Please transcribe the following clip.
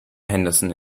henderson